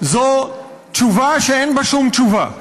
זו תשובה שאין בה שום תשובה.